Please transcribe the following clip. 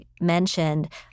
mentioned